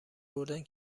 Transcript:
بردن